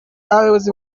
abayobozi